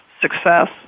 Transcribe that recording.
success